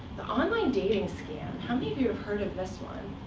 the online dating scam how many of you have heard of this one?